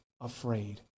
afraid